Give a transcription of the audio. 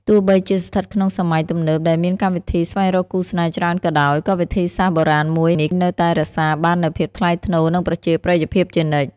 ទោះបីជាស្ថិតក្នុងសម័យទំនើបដែលមានកម្មវិធីស្វែងរកគូស្នេហ៍ច្រើនក៏ដោយ ក៏វិធីសាស្រ្តបុរាណមួយនេះនៅតែរក្សាបាននូវភាពថ្លៃថ្នូរ និងប្រជាប្រិយភាពជានិច្ច។